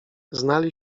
znali